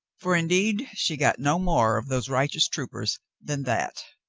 for indeed she got no more of those righteous troopers than that.